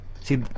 See